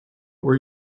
were